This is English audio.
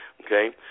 Okay